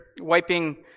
wiping